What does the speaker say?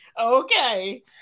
okay